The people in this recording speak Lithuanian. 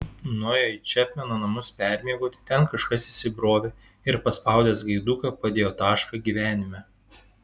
nuėjo į čepmeno namus permiegoti ten kažkas įsibrovė ir paspaudęs gaiduką padėjo tašką gyvenime